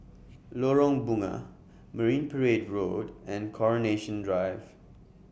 Lorong Bunga Marine Parade Road and Coronation Drive